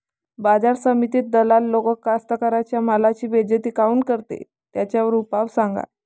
बाजार समितीत दलाल लोक कास्ताकाराच्या मालाची बेइज्जती काऊन करते? त्याच्यावर उपाव सांगा